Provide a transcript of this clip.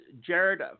Jared